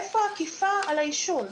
איפה האכיפה על העישון?